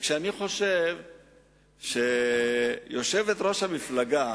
כשאני חושב שיושבת-ראש המפלגה